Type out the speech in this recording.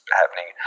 happening